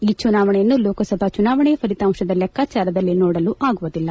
ಈ ಚುನಾವಣೆಯನ್ನು ಲೋಕಸಭಾ ಚುನಾವಣೆ ಫಲಿತಾಂಶದ ಲೆಕ್ಕಾಚಾರದಲ್ಲಿ ನೋಡಲು ಆಗುವುದಿಲ್ಲ